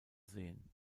sehen